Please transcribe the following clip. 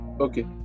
Okay